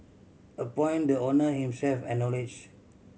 a point the owner himself acknowledge